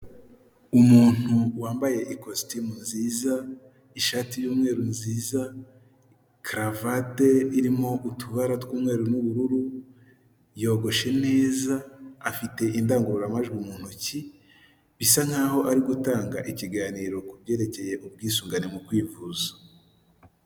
Umuntu wambaye ikositimu nziza ishati y'umweru nziza, karavate irimo utubara tw'umweru n'ubururu, yogoshe neza afite indangururamajwi mu ntoki bisa nkaho ari gutanga ikiganiro ku byerekeye ubwisungane mu kwivuza.